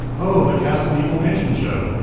oh, the castle the evil mansion showed.